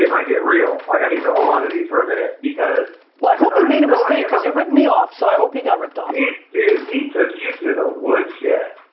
get real. like i need to hold onto these for a minute because well i hope he made a mistake cause he ripped me off so i hope he got ripped off. dude, he took you to the woodshed.